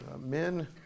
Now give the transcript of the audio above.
Men